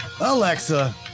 Alexa